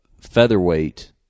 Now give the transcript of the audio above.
featherweight